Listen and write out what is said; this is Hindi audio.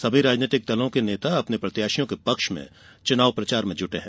सभी राजनीतिक दलों के नेता अपने प्रत्याशियों के पक्ष में चुनाव प्रचार में जुटे हैं